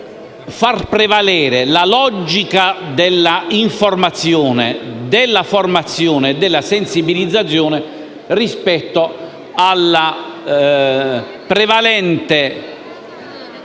far prevalere la logica dell'informazione, della formazione e della sensibilizzazione sulla prevalente